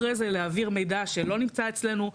אחרי זה להעביר מידע שלא נמצא אצלנו,